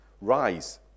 Rise